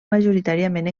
majoritàriament